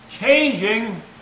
changing